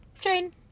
train